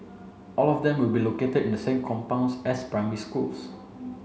all of them will be located in the same compounds as primary schools